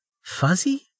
Fuzzy